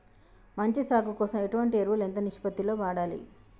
మంచి సాగు కోసం ఎటువంటి ఎరువులు ఎంత నిష్పత్తి లో వాడాలి?